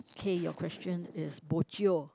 okay your question is bo jio